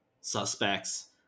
suspects